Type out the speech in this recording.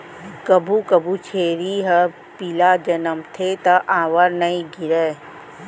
कभू कभू छेरी ह पिला जनमथे त आंवर नइ गिरय